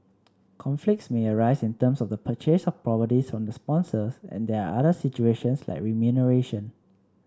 conflicts may arise in terms of the purchase of properties from the sponsors and there are other situations like remuneration